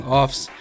offs